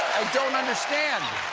don't understand!